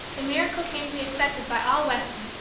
the miracle came to be accepted by all weston,